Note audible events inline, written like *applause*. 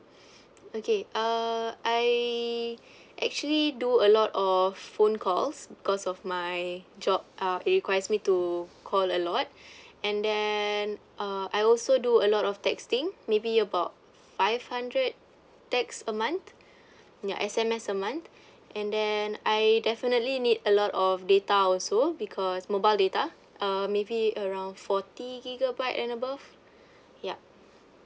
*breath* okay uh I actually do a lot of phone calls because of my job uh it requires me to call a lot *breath* and then uh I also do a lot of texting maybe about five hundred text a month ya S_M_S a month and then I definitely need a lot of data also because mobile data uh maybe around forty gigabyte and above yup